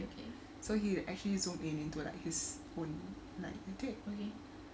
so he actually zoom in into like his own like a dick